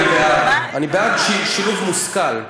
אני בעד שילוב מושכל.